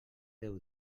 deu